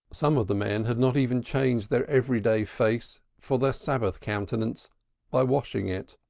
some of the men had not even changed their everyday face for their sabbath countenance by washing it.